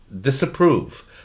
Disapprove